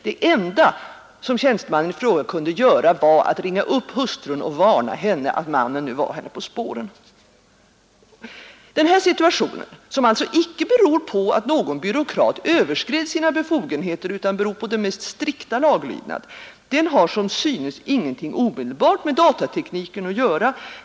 Det enda som tjänstemannen i fråga kunde göra var att ringa upp hustrun och varna henne att mannen var henne på spåren. Denna situation — som alltså inte beror på att någon byråkrat överskred sina befogenheter utan på strikt laglydnad — har som synes inget omedelbart med datateknik att göra.